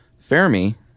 Fermi